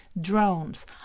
drones